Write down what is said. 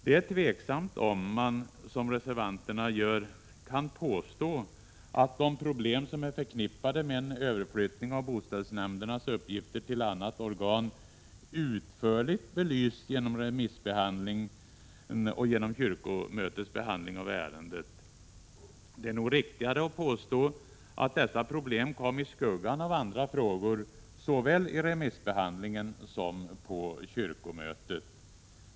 Det är tveksamt om man, som reservanterna gör, kan påstå att de problem som är förknippade med en överflyttning av boställsnämndernas uppgifter till annat organ utförligt belysts genom remissbehandlingen och genom kyrkomötets behandling av ärendet. Det är nog riktigare att påstå att dessa problem kom i skuggan av andra frågor, såväl i remissbehandlingen som på kyrkomötet.